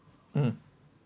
mm